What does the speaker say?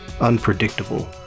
unpredictable